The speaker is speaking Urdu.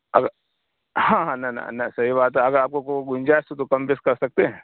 ہاں ہاں نہ نہ نہ صحیح بات ہے اگر آپ کو گنجائش ہو تو کم بیش کر سکتے ہیں